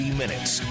minutes